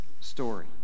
story